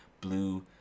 blue